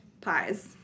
pies